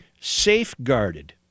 safeguarded